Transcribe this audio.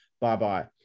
bye-bye